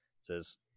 says